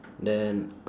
then